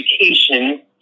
education